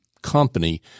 Company